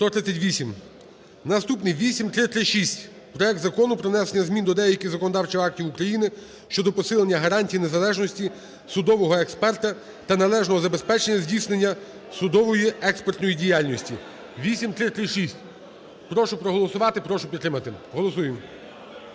За-138 Наступний – 8336. Проект Закону про внесення змін до деяких законодавчих актів України щодо посилення гарантій незалежності судового експерта та належного забезпечення здійснення судово-експертної діяльності" (8336). Прошу проголосувати і прошу підтримати. Голосуємо.